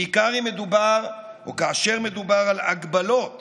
בעיקר אם מדובר או כאשר מדובר על הגבלות